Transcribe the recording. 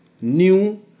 new